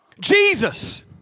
Jesus